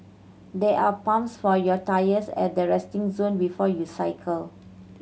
there are pumps for your tyres at the resting zone before you cycle